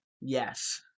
Yes